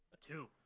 Two